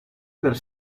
per